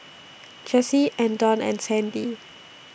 Jessie Andon and Sandi